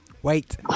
Wait